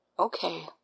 Okay